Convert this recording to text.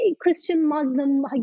Christian-Muslim